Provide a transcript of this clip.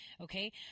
okay